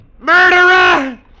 murderer